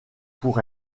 pour